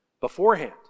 beforehand